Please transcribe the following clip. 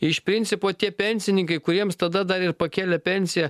iš principo tie pensininkai kuriems tada dar ir pakėlė pensijas